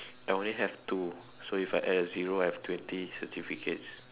I only have two so if I add a zero I have twenty certificates